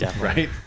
Right